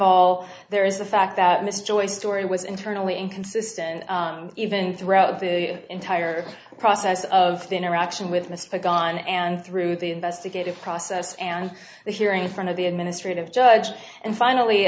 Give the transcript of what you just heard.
all there is the fact that mr joyce story was internally inconsistent even throughout the entire process of the interaction with mr gone and through the investigative process and the hearing in front of the administrative judge and finally